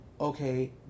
okay